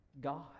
God